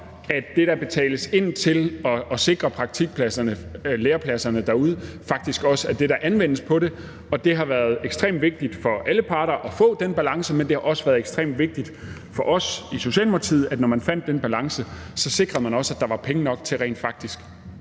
at det, der betales ind for at sikre praktikpladserne og lærepladserne derude, faktisk også er det, der anvendes på det. Det har været ekstremt vigtigt for alle parter at få den balance, men det har også været ekstremt vigtigt for os i Socialdemokratiet, at når man fandt den balance, sikrede man også, at der var penge nok til rent faktisk